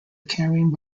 carrying